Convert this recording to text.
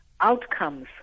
outcomes